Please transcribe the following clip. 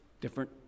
different